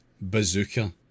bazooka